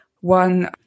one